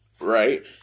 Right